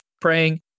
praying